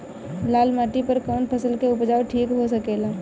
लाल माटी पर कौन फसल के उपजाव ठीक हो सकेला?